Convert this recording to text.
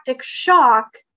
shock